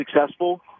successful